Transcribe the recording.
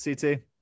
ct